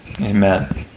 amen